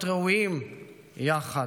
להיות ראויים יחד.